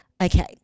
Okay